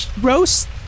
roast